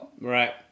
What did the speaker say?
Right